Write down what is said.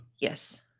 yes